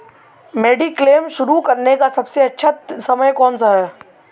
Mediclaim शुरू करने का सबसे अच्छा समय कौनसा है?